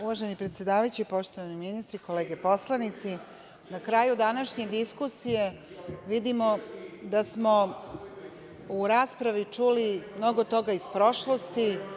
Uvaženi predsedavajući, poštovani ministri, kolege poslanici, na kraju današnje diskusije vidimo da smo u raspravi čuli mnogo toga iz prošlosti.